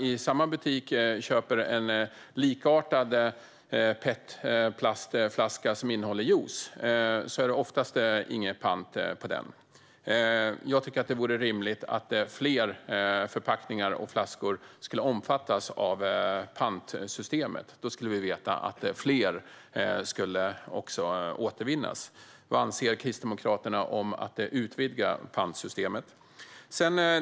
I samma butik kan jag köpa en likartad plastflaska som innehåller juice. På den är det oftast ingen pant. Jag tycker att det vore rimligt att fler förpackningar och flaskor skulle omfattas av pantsystemet. Då skulle vi också veta att fler skulle återvinnas. Vad anser Kristdemokraterna om att utvidga pantsystemet?